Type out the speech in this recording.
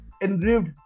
engraved